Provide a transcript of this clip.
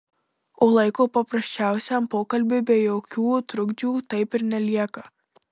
o laiko paprasčiausiam pokalbiui be jokių trukdžių taip ir nelieka